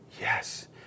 yes